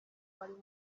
barimo